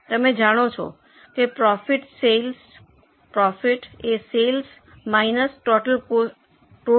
તમે જાણો છો કે પ્રોફિટએ સેલ્સ માઈનસ ટોટલ કોસ્ટ છે